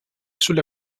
sulle